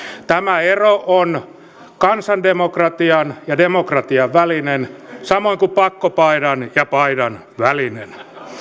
tämä ero on kansandemokratian ja demokratian välinen samoin kuin pakkopaidan ja paidan välinen